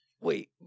Wait